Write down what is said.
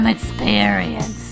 Experience